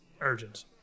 urgent